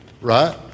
right